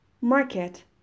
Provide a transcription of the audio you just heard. Market